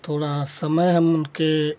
थोड़ा समय हम उनके